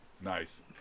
Nice